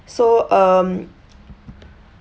so um